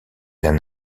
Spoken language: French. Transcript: l’un